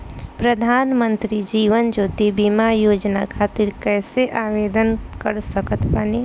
प्रधानमंत्री जीवन ज्योति बीमा योजना खातिर कैसे आवेदन कर सकत बानी?